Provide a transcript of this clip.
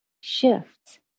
shifts